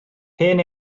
hen